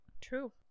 True